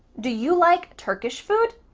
do you like turkish food?